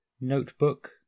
notebook